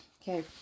Okay